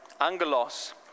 angelos